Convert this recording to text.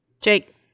jake